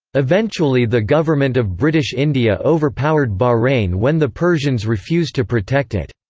eventually the government of british india overpowered bahrain when the persians refused to protect it.